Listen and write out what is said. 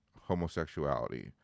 homosexuality